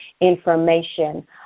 information